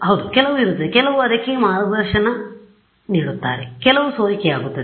ಹೌದು ಕೆಲವು ಇರುತ್ತದೆ ಕೆಲವರು ಅದಕ್ಕೆ ಮಾರ್ಗದರ್ಶನ ನೀಡುತ್ತಾರೆ ಕೆಲವು ಸೋರಿಕೆಯಾಗುತ್ತದೆ ಸರಿ